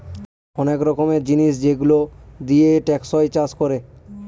অনেক রকমের জিনিস যেগুলো দিয়ে টেকসই চাষ করে